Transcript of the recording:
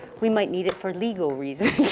we might need it for legal reasons.